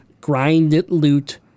grind-it-loot